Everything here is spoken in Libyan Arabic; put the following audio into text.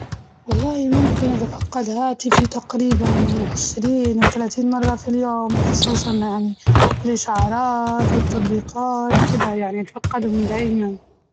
والله ممكن أتفقد هاتفي تقريباً من عشرين لثلاثين مرة في اليوم، خصوصاً يعني الإشعارات والتطبيقات كدة يعني أتفقدهم دايماً.